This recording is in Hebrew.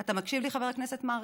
אתה מקשיב לי, חבר הכנסת מרגי?